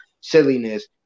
silliness